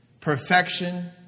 perfection